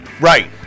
Right